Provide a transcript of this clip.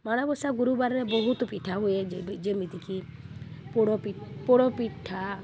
ମାଣବସା ଗୁରୁବାରରେ ବହୁତ ପିଠା ହୁଏ ଯେ ଯେମିତିକି ପୋଡ଼ ପିଠା